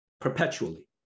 perpetually